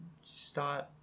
start